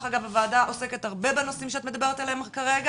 אגב הועדה עוסקת הרבה בנושאים שאת מדברת עליהם כרגע.